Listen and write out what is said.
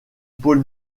pôle